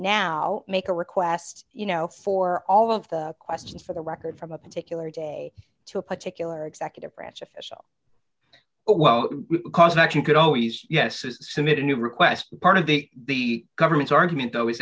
now make a request you know for all of the questions for the record from a particular day to a particular executive branch official well because actually could always yes it submitted new request part of the the government's argument though is